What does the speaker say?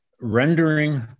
rendering